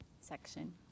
section